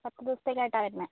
പത്തുദിവസത്തേക്കായിട്ടാ വരുന്നേ